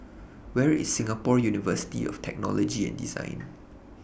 Where IS Singapore University of Technology and Design